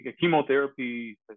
chemotherapy